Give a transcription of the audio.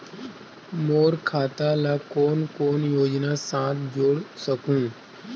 मोर खाता ला कौन कौन योजना साथ जोड़ सकहुं?